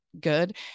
good